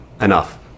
Enough